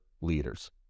leaders